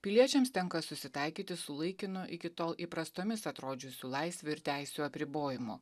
piliečiams tenka susitaikyti su laikinu iki tol įprastomis atrodžiusių laisvių ir teisių apribojimu